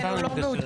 הוא לא מעודכן.